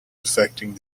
affecting